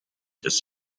his